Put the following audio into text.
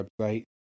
website